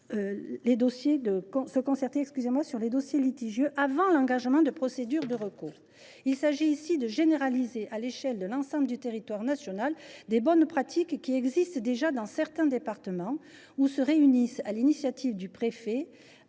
les dossiers litigieux, avant l’engagement de procédures de recours. Il s’agit de généraliser à l’ensemble du territoire national de bonnes pratiques qui existent déjà dans certains départements, où se réunissent, sur l’initiative du préfet,